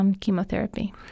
chemotherapy